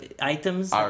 items